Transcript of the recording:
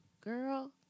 girl